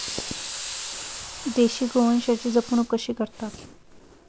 देशी गोवंशाची जपणूक कशी करतत?